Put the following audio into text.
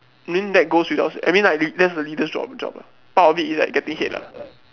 i mean that goes without say I mean like that's the leader's job job what part of it is like getting hate lah